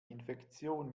infektion